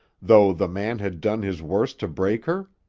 though the man had done his worst to break her?